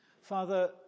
Father